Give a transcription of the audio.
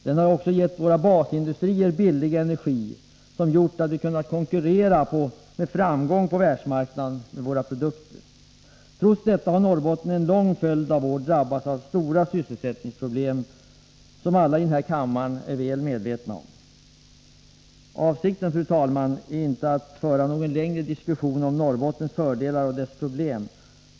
Den har också gett våra basindustrier billig elenergi som gjort att vi med framgång kunnat konkurrera på världsmarknaden med våra produkter. Trots detta har Norrbotten under en lång följd av år drabbats av stora sysselsättningsproblem som alla i den här kammaren är väl medvetna om. Avsikten, fru talman, är inte att föra någon längre diskussion om Norrbottens fördelar och dess problem.